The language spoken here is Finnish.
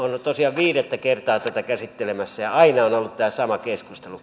tosiaan viidettä kertaa tätä käsittelemässä ja aina on tämä sama keskustelu